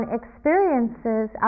experiences